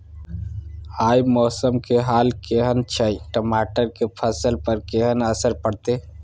आय मौसम के हाल केहन छै टमाटर के फसल पर केहन असर परतै?